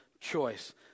Choice